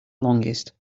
longest